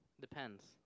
Depends